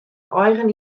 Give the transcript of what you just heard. eigen